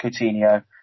Coutinho